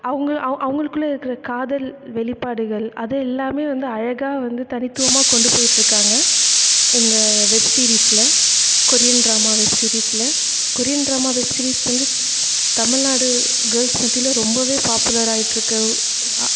அவங்களும் அவு அவங்களுக்குள்ள இருக்கிற காதல் வெளிப்பாடுகள் அது எல்லாமே வந்து அழகாக வந்து தனித்துவமாக கொண்டு போயிட்டிருக்காங்க இந்த வெப் சீரிஸில் கொரியன் ட்ராமா வெப் சீரிஸில் கொரியன் ட்ராமா வெப் சீரிஸ் வந்து தமிழ்நாடு கேர்ள்ஸ் மத்தியில் ரொம்பவே பாப்புலராகிட்ருக்கு